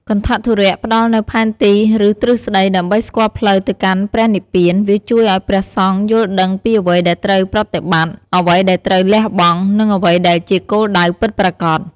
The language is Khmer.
គន្ថធុរៈ ផ្តល់នូវ ផែនទី ឬទ្រឹស្តី ដើម្បីស្គាល់ផ្លូវទៅកាន់ព្រះនិព្វាន វាជួយឱ្យព្រះសង្ឃយល់ដឹងពីអ្វីដែលត្រូវប្រតិបត្តិ អ្វីដែលត្រូវលះបង់ និងអ្វីដែលជាគោលដៅពិតប្រាកដ។